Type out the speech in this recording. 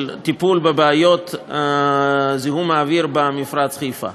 טיפול בבעיות זיהום האוויר במפרץ חיפה.